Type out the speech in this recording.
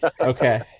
Okay